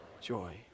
Joy